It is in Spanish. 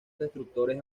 destructores